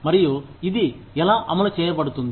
మరియు ఇది ఎలా అమలు చేయబడుతుంది